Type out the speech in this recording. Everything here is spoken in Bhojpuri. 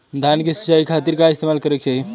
धान के सिंचाई खाती का इस्तेमाल करे के चाही?